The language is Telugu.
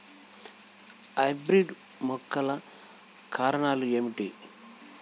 హైబ్రిడ్ మొక్కల రకాలు ఏమిటి?